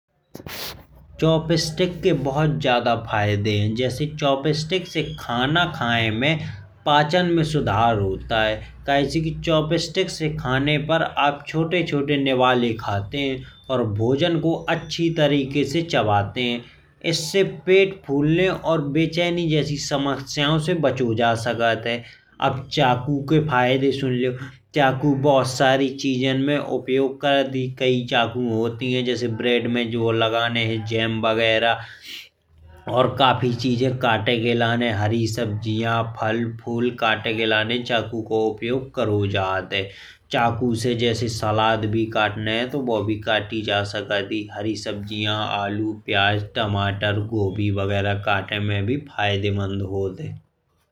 चॉपस्टिक के बहुत ज्यादा फायदे हैं जैसे चॉपस्टिक से खाना खाएँ में पाचन में सुधार होत है। कहे से कि चॉपस्टिक से खाने पर आप छोटे छोटे निवाले खाते हैं। और भोजन को अच्छे तरीके से चबाते हैं। इस से पेट फूलने और बेचैनी जैसी समस्याओं से बचो जा सकत है। अब चाकू के फायदे सुनल्यो चाकू बहुत साड़ी चीज़न में उपयोग करत ही कई। चाकू होत ही जैसे ब्रेड में ऊ लगाने है। जम बगेरा और काफी चीजे काटे के लाने हरी सब्जिया फल फूल काटे के लाने चाकू को उपयोग करो जात है। चाकू से जैसे सलाद भी काटने हैं तो बो भी काटी जा सकत है। हरी सब्जिया आलू प्याज टमाटर गोभी बगेरा काटे में भी फायदेमंद होत है।